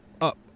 up